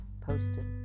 posted